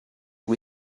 cui